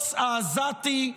בבוץ העזתי,